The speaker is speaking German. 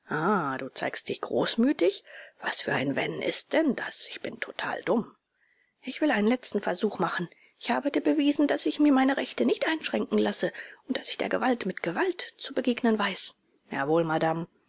du zeigst dich großmütig was für ein wenn ist denn das ich bin total dumm ich will einen letzten versuch machen ich habe dir bewiesen daß ich mir meine rechte nicht einschränken lasse und daß ich der gewalt mit gewalt zu begegnen weiß jawohl madame